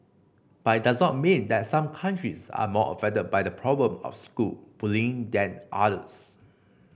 but does not mean that some countries are more affected by the problem of school bullying than others